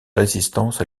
résistance